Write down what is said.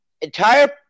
entire